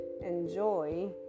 enjoy